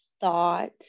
thought